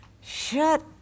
shut